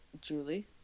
Julie